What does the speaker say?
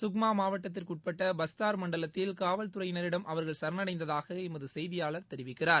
சுக்மா மாவட்டத்திற்கு உட்பட பஸ்தார் மண்டலத்தில் காவல்துறையினரிடம் அவர்கள் சரணடைந்ததாக எமது செய்தியாள் தெரிவிக்கிறார்